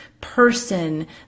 person